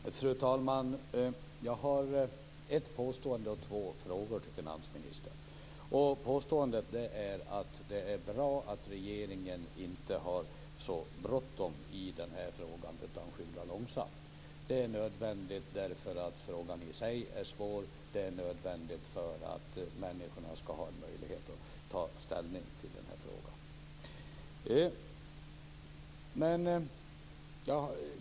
Fru talman! Jag vill göra ett påstående och ställa två frågor. Påståendet är att det är bra att regeringen inte har så bråttom i den här frågan utan skyndar långsamt. Det är nödvändigt därför att frågan i sig är svår och därför att människorna skall få möjlighet att ta ställning i frågan.